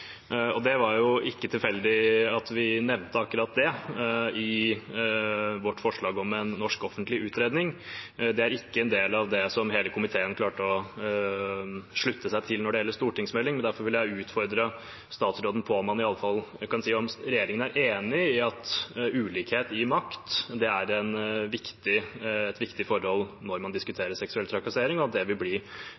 en norsk offentlig utredning. Det er ikke en del av det som hele komiteen klarte å slutte seg til når det gjelder stortingsmelding, derfor vil jeg utfordre statsråden på om han i alle fall kan si om regjeringen er enig i at ulikhet i makt er et viktig forhold når man